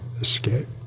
escape